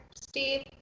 Steve